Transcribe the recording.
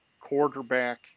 quarterback